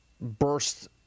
burst